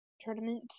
Tournament